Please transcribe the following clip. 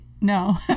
No